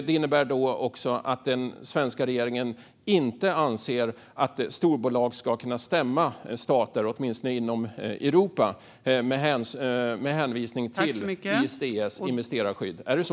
Det innebär också att den svenska regeringen inte anser att storbolag ska kunna stämma stater, åtminstone inte inom Europa, med hänvisning till ISDS investerarskydd. Är det så?